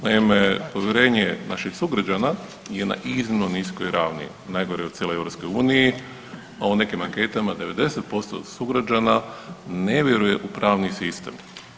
Naime, povjerenje naših sugrađana je na iznimno niskoj ravni najgore u cijeloj Europskoj uniji, a u nekim anketama 90% sugrađana ne vjeruje u pravni sistem.